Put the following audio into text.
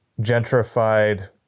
gentrified